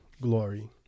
glory